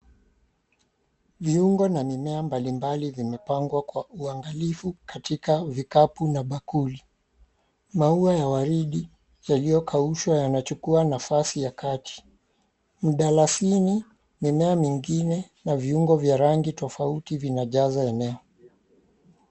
Viungo na mimea mbalimbali vimepangwa kwa uangalifu katika vikapu na bakuli. Maua ya waridi yaliyokaushwa yanachukua nafasi ya kati. Mdalasini, mimea mingine na viungo vya rangi tofauti vinajaza eneo.